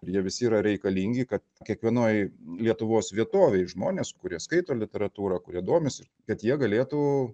ir jie visi yra reikalingi kad kiekvienoj lietuvos vietovėj žmonės kurie skaito literatūrą kurie domisi kad jie galėtų